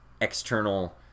external